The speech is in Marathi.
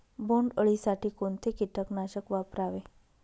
बोंडअळी साठी कोणते किटकनाशक वापरावे?